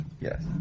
Yes